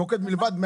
מלבד 101,